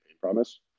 promise